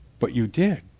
but you did?